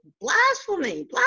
blasphemy